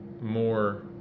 more